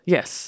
Yes